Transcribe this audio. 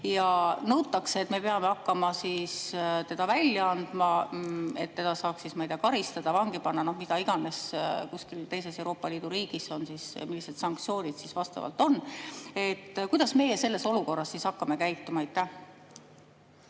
ja nõutakse, et me peame hakkama teda välja andma, et teda saaks, ma ei tea – karistada, vangi panna, mida iganes, kuskil teises Euroopa Liidu riigis, millised sanktsioonid siis vastavalt on. Kuidas me selles olukorras siis hakkame käituma? Aitäh,